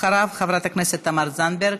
אחריו, חברת הכנסת תמר זנדברג.